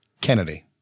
Kennedy